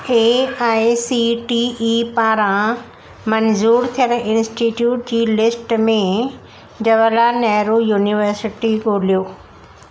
A I C T E पारां मंज़ूरु थियल इन्स्टिट्यूट जी लिस्ट में जवाहरलाल नेहरू यूनिवर्सिटी ॻोल्हियो